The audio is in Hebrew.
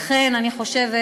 לכן אני חושבת